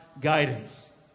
guidance